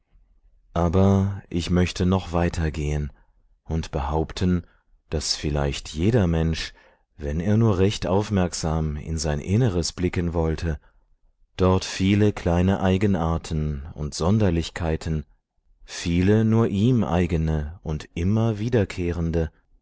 aber ich möchte noch weiter gehen und behaupten daß vielleicht jeder mensch wenn er nur recht aufmerksam in sein inneres blicken wollte dort viele kleine eigenarten und sonderlichkeiten viele nur ihm eigene und immer wiederkehrende